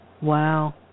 Wow